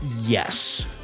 yes